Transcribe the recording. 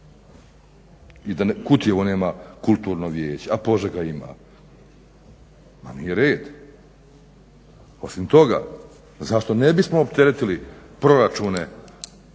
i Kutjevo nema kulturno vijeće, a Požega ima. Pa nije red. Osim toga, zašto ne bismo opteretili proračune